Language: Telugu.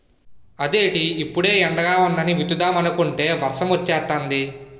అదేటి ఇప్పుడే ఎండగా వుందని విత్తుదామనుకుంటే వర్సమొచ్చేతాంది